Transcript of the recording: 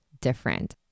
different